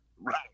Right